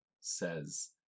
says